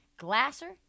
glasser